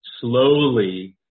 slowly